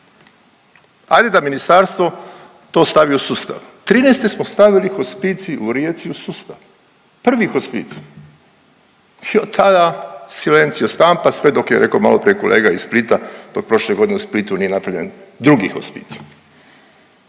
ajde da ministarstvo to stavi u sustav. '13. smo stavili hospicij u Rijeci u sustav, prvi hospicij i od tada silenzio stampa, sve dok je rekao maloprije kolega iz Splita dok prošle godine u Splitu nije napravljen drugi hospicij